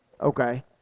Okay